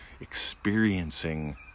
experiencing